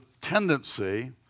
tendency